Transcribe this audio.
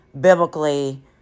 biblically